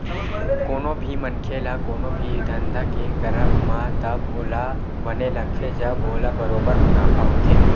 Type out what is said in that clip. कोनो भी मनखे ल कोनो भी धंधा के करब म तब ओला बने लगथे जब ओला बरोबर मुनाफा होथे